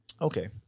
Okay